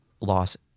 loss